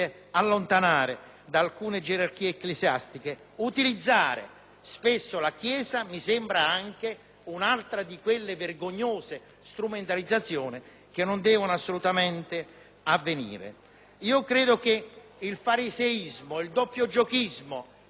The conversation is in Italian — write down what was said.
spesso della Chiesa mi sembra un'altra di quelle vergognose strumentalizzazioni che non devono assolutamente essere fatte. Credo che il fariseismo e il doppiogiochismo, in questi due giorni, abbiano prevalso in quest'Aula,